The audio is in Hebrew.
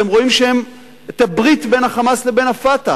אתם רואים את הברית בין ה"חמאס" לבין ה"פתח".